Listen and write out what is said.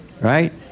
right